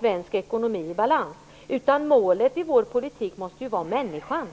svensk ekonomi skall vara i balans. Målet i vår politik måste ju vara människan.